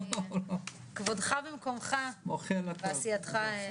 כבודך במקומך ועשייתך.